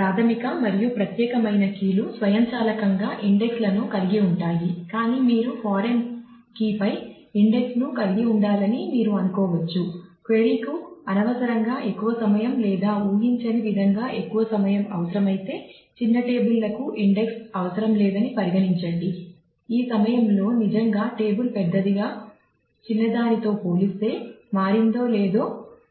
ప్రాధమిక మరియు ప్రత్యేకమైన కీలు స్వయంచాలకంగా ఇండెక్స్ లను కలిగి ఉంటాయి కానీ మీరు ఫారిన్ కీకు అనవసరంగా ఎక్కువ సమయం లేదా ఊహించని విధంగా ఎక్కువ సమయం అవసరమైతే చిన్న టేబుల్ లకు ఇండెక్స్ అవసరం లేదని పరిగణించండి ఈ సమయం లో నిజంగా టేబుల్ పెద్దదిగా చిన్నదానితో పోలిస్తే మారిందో లేదో